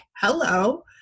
hello